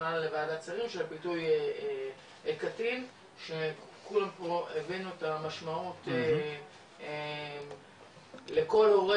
עלה לוועדת שרים של פיתוי קטין שכולם פה הבינו את המשמעות לכל הורה